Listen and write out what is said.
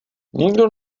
nikdo